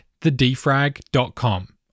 thedefrag.com